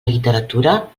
literatura